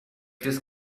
this